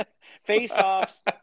Face-offs